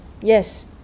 Yes